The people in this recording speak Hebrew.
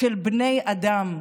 של בני אדם,